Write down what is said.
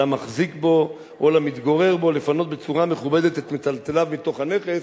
למחזיק בו או למתגורר בו לפנות בצורה מכובדת את מיטלטליו מתוך הנכס,